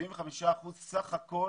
סך כל